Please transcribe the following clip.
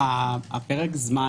פרק הזמן